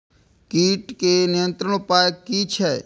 कीटके नियंत्रण उपाय कि छै?